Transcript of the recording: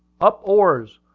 up oars!